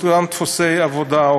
אותם דפוסי עבודה,